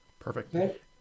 Perfect